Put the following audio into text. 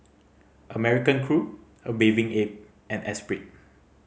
American Crew A Bathing Ape and Esprit